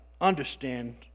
understand